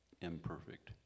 imperfect